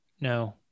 no